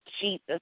Jesus